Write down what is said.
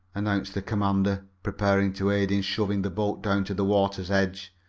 announced the commander, preparing to aid in shoving the boat down to the water's edge.